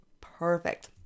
perfect